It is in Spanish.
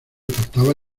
faltaba